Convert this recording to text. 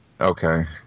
okay